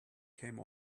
came